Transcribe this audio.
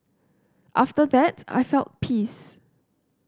after that I felt peace